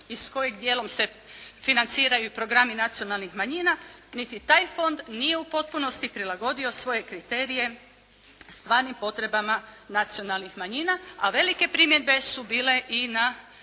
i s kojim dijelom se financiraju i programi nacionalnih manjina niti taj fond nije u potpunosti prilagodio svoje kriterije stvarnim potrebama nacionalnih manjina, a velike primjedbe su bile i na